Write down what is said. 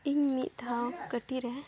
ᱤᱧ ᱢᱤᱫ ᱫᱷᱟᱣ ᱠᱟᱹᱴᱤᱡ ᱨᱮ